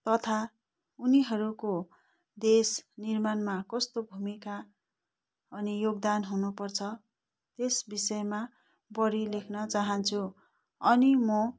तथा उनीहरूको देश निर्माणमा कस्तो भूमिका अनि योगदान हुनुपर्छ त्यस विषयमा बढी लेख्न चाहन्छु अनि म